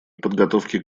подготовки